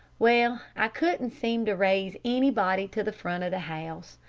well, i couldn't seem to raise anybody to the front of the house,